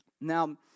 Now